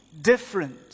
different